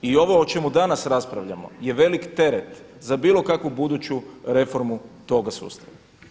I ovo o čemu danas raspravljamo je velik teret za bilo kakvu buduću reformu toga sustava.